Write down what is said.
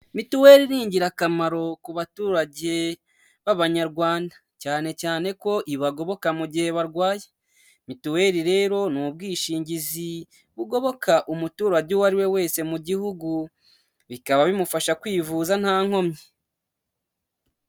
Mituweli ni ingirakamaro ku baturage b'abanyarwanda. Cyane cyane ko ibagoboka mu gihe barwaye, mituweli rero n'ubwishingizi bugoboka umuturage uwo ariwe wese mu gihugu, bikaba bimufasha kwivuza nta nkomyi